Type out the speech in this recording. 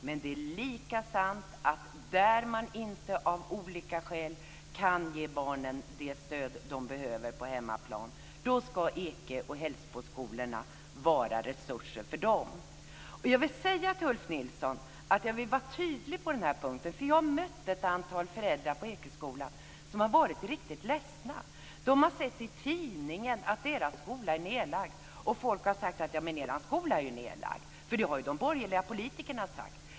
Men det är lika sant att där man inte av olika skäl kan ge barnen det stöd de behöver på hemmaplan ska Ekeskolan och Hällsboskolan vara resurser för dem. Jag vill säga till Ulf Nilsson att jag vill vara tydlig på den här punkten, för jag har mött ett antal föräldrar på Ekeskolan som har varit riktigt ledsna. De har sett i tidningen att deras skola är nedlagd. Folk har sagt: Er skola är ju nedlagd, för det har de borgerliga politikerna sagt.